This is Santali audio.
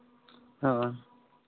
ᱦᱚᱸ